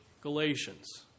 Galatians